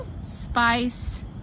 spice